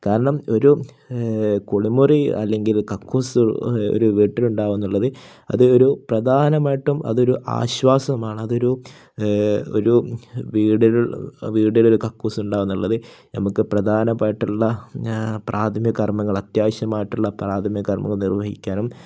കാരണം ഒരു കുളിമുറി അല്ലെങ്കിൽ കക്കൂസ് ഒരു വീട്ടിലുണ്ടാാവുന്നുള്ളത് അത് ഒരു പ്രധാനമായിട്ടും അതൊരു ആശ്വാസമാണ് അതൊരു ഒരു വീട് വീട്ടിൽ ഒരു കക്കൂസുണ്ടാവുക എന്നുള്ളത് നമുക്ക് പ്രധാനമായിട്ടുള്ള പ്രാഥമികർമ്മങ്ങൾ അത്യാവശ്യമായിട്ടുള്ള പ്രാഥമിക കർമ്മങ്ങൾ നിർവഹിക്കാനും